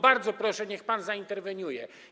Bardzo proszę, niech pan zainterweniuje.